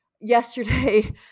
yesterday